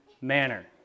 manner